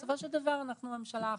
בסופו של דבר אנחנו ממשלה אחת.